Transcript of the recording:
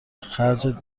خرجت